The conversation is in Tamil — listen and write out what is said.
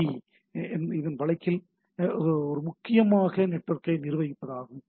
பி இன் வழக்கில் இது முதன்மையாக நெட்வொர்க்கை நிர்வகிப்பது ஆகும்